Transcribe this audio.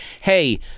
hey